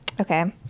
Okay